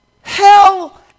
Hell